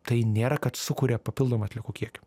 tai nėra kad sukuria papildomą atliekų kiekį